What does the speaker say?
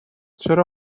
چرا